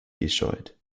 gescheut